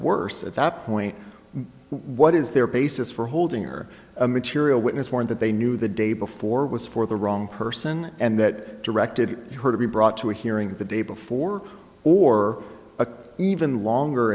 worse at that point what is their basis for holding her a material witness warrant that they knew the day before was for the wrong person and that directed her to be brought to a hearing the day before or a even longer